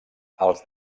els